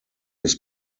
his